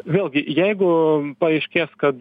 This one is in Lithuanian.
vėlgi jeigu paaiškės kad